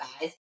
guys